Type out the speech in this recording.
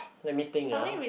let me think ah